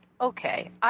Okay